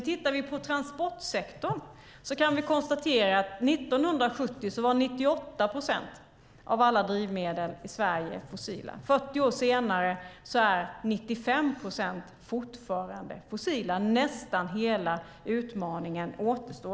Tittar vi på transportsektorn kan vi dock konstatera att 98 procent av alla drivmedel i Sverige var fossila 1970. 40 år senare är 95 procent fortfarande fossila - nästan hela utmaningen återstår.